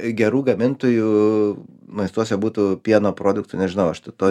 gerų gamintojų maistuose būtų pieno produktų nežinau aš t to